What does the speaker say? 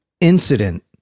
incident